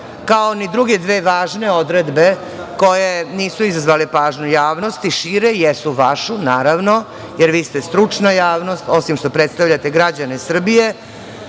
kao ni druge dve važne odredbe koje nisu izazvale pažnju javnosti, šire, jesu vašu, naravno, jer vi ste stručna javnost, osim što predstavljate građane Srbije.